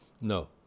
No